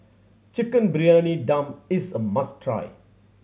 Chicken Briyani Dum is a must try